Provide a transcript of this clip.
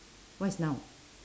what is noun